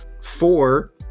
Four